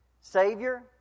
Savior